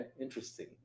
interesting